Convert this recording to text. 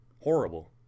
horrible